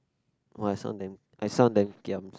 [wah] this one damn this one damn giam